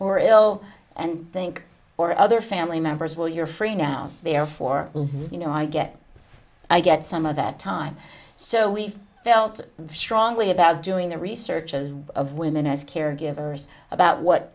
are ill and think or other family members well you're free now therefore you know i get i get some of that time so we felt strongly about doing the research as of women as caregivers about what